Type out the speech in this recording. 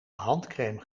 handcrème